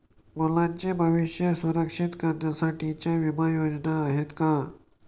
मुलांचे भविष्य सुरक्षित करण्यासाठीच्या विमा योजना आहेत का?